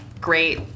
Great